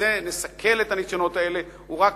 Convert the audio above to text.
ובזה נסכל את הניסיונות האלה הוא רק